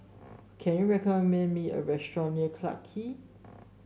can you recommend me a restaurant near Clarke Quay